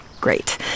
Great